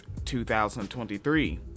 2023